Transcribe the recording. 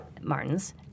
Martins